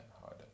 harder